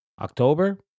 October